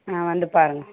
ஆ வந்து பாருங்க